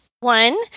One